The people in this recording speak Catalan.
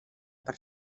per